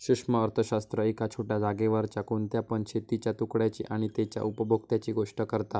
सूक्ष्म अर्थशास्त्र एका छोट्या जागेवरच्या कोणत्या पण शेतीच्या तुकड्याची आणि तेच्या उपभोक्त्यांची गोष्ट करता